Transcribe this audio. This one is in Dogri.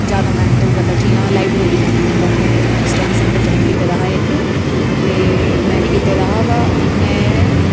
जैदा मैहनत ओह् करदा जियां लाइब्रेरी जाना होंदा उ'न्नै स्टड्डी सैंटर ज्वाइऩ कीता दा हा इक ते में बी कीते दा हा बा में